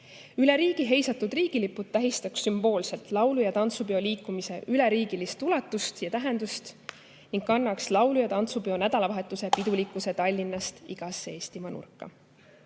Üle riigi heisatud riigilipud tähistaksid sümboolselt laulu- ja tantsupeo liikumise üleriigilist ulatust ja tähendust ning kannaksid laulu- ja tantsupeo nädalavahetuse pidulikkuse Tallinnast igasse Eestimaa nurka.